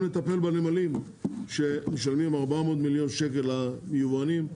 גם נטפל בנמלים שמשלמים 400 מיליון שקלים ליבואנים,